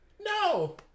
No